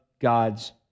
God's